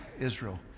Israel